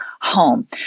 home